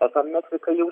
esą meksika jau